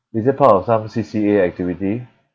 is it part of some C_C_A activity